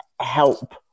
help